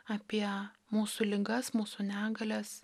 apie mūsų ligas mūsų negalias